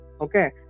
Okay